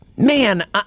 Man